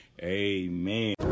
Amen